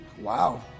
Wow